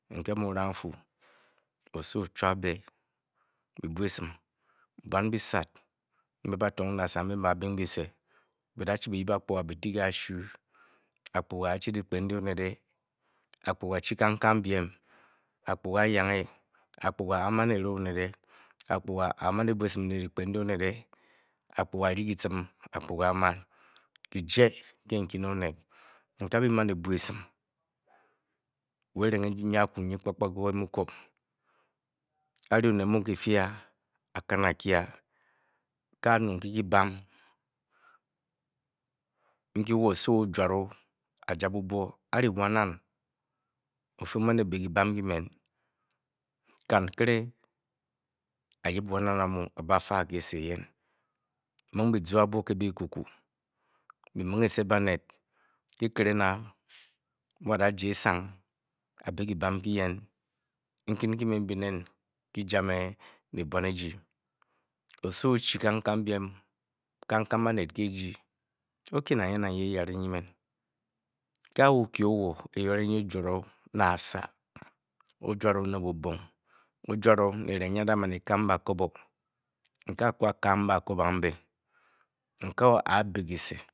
Mu n-raa ng n|fu, osowo ochwap be byi-bwa esim Bwan byisat mbe ba-tong ne asa nyi ba-bing byise, byidachi byi-yip akpuga byi-ti ke kashu Akpaga anchi dgikpen ndyi onet akpuega chi kangkang byem Akpuga a|yange akpuga aaman ere osut akpuga aamar ebwa esin ne dyi kpen ndyi osut akpuga a-ryi kyieem akpuga a-ma, kyiye nke mkyi ne onet. A byi|men ebwa esim wa eringe nyi eduu nyi aku nyi kpakpa kpa kpa c|ma ko a|ri onet mu kyi fi a, a-kan a-kye a A a|nung ke kyibam nkyi wo osowo oo|jware o a-ja bubwo a a|ri wan nnan ofi o-man ebi kyibam nkyi emen yip wan nnam amu a-bafe ke kyise eyen ming byi-zu abwo ke biikuku byi-ming eset banet, kyi|kene na mu wo adaja esang a-bi kyibam nkyi eyen nkyi me m|bi neen, nkyi eji ne bwan eji osowo o|chi kangkang byem, kangkang banet, o-kye nang yee nang yee eyane nyi emen a o|kye owo eyare nyi o|ware o ne asa, o-yware o ne bubong o-jware m bakobo ambe, a a|bi kyise